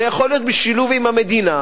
זה יכול להיות בשילוב עם המדינה,